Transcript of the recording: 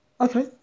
Okay